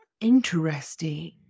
Interesting